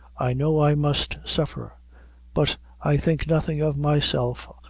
i know i must suffer but i think nothing of myself,